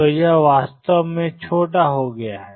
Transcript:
तो यह वास्तव में छोटा हो गया है